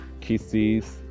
kisses